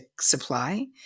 supply